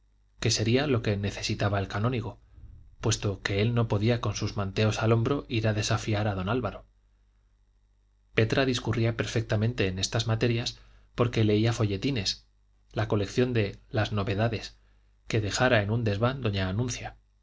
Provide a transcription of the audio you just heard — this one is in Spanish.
que sería lo que necesitaba el canónigo puesto que él no podía con sus manteos al hombro ir a desafiar a don álvaro petra discurría perfectamente en estas materias porque leía folletines la colección de las novedades que dejara en un desván doña anuncia